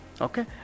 Okay